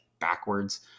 backwards